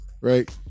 right